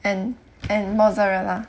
and and mozzarella